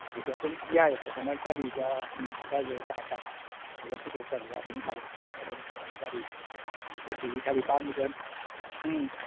ꯑꯗꯨꯁꯨ ꯑꯗꯨꯝ ꯌꯥꯏꯑꯕ ꯑꯩꯈꯣꯏꯅ ꯒꯥꯔꯤꯒ ꯗ꯭ꯔꯥꯏꯚꯔꯒ ꯍꯥꯏꯇꯥꯔꯦ ꯑꯗ ꯄꯨꯊꯣꯛꯆꯔꯒ ꯑꯗꯨꯝ ꯊꯥꯗꯣꯔꯛꯄ ꯑꯗꯨ ꯅꯣꯏꯅ ꯒꯥꯔꯤꯗꯁꯨ ꯑꯦꯁꯤꯒꯤ ꯒꯥꯔꯤ ꯄꯥꯝꯃꯒ ꯎꯝ